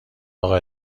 اقا